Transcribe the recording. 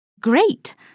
Great